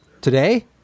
Today